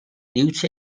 liwt